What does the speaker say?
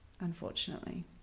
unfortunately